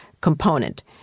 component